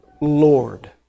Lord